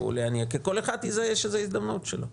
להניע כי כל אחד יזהה שזו ההזדמנות שלו.